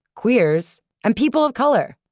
queers, and people of color.